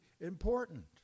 important